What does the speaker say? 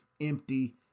empty